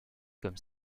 comme